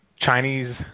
Chinese